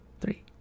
three